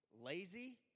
lazy